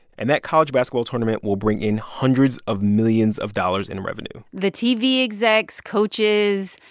and that college basketball tournament will bring in hundreds of millions of dollars in revenue the tv execs, coaches,